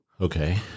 Okay